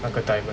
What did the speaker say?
那个 diamond